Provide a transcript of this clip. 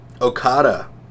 Okada